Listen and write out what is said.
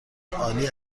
عالی